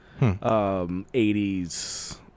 80s